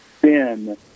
sin